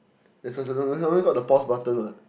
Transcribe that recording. there's there's there's something called the pause button what